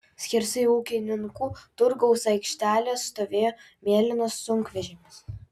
skersai ūkininkų turgaus aikštelės stovėjo mėlynas sunkvežimis